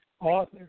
author